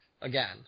again